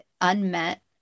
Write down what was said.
unmet